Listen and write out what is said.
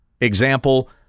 example